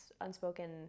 unspoken